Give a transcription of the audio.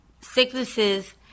sicknesses